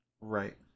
right